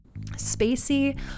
Spacey